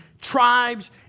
tribes